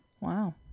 Wow